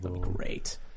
Great